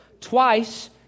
Twice